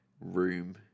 room